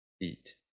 eat